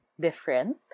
different